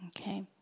okay